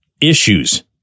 issues